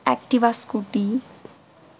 Activa scooty